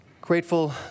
grateful